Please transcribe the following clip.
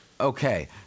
Okay